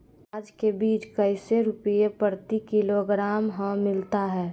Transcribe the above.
प्याज के बीज कैसे रुपए प्रति किलोग्राम हमिलता हैं?